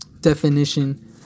definition